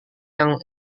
yang